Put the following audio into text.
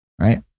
right